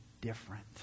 different